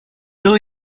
new